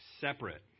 separate